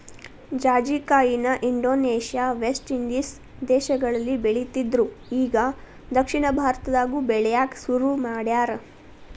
ಜಾಜಿಕಾಯಿನ Indonesia, West Indies ದೇಶಗಳಲ್ಲಿ ಬೆಳಿತ್ತಿದ್ರು ಇಗಾ ದಕ್ಷಿಣ ಭಾರತದಾಗು ಬೆಳ್ಯಾಕ ಸುರು ಮಾಡ್ಯಾರ